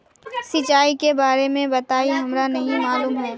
सिंचाई के बारे में बताई हमरा नय मालूम है?